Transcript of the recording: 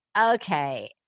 okay